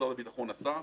משרד הביטחון, עשה.